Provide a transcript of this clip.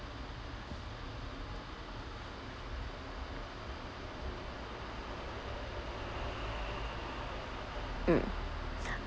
mm